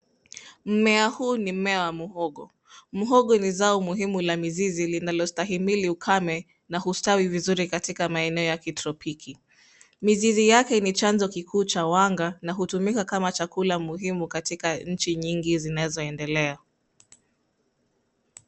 Mmea huu ni mmea wa muhogo. Muhogo ni zao muhimu la mizizi linalostahimili ukame na hustawi vizuri katika maeneo ya kitropiki. Mizizi yake ni chanzo kikuu cha wanga na hutumika kama chakula muhimu katika nchi nyingi zinazoendelea.